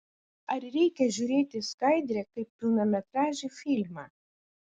ar reikia žiūrėti skaidrę kaip pilnametražį filmą